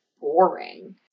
boring